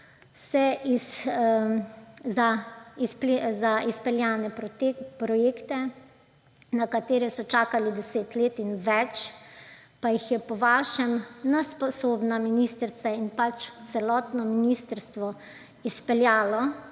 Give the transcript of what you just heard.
za izpeljane projekte, na katere so čakali 10 let in več, pa jih je po vašem nesposobna ministrica in celotno ministrstvo izpeljalo,